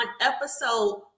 episode